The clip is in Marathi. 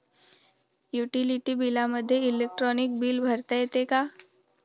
युटिलिटी बिलामध्ये इलेक्ट्रॉनिक बिल भरता येते का?